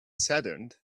saddened